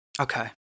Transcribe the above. Okay